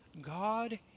God